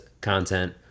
content